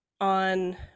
on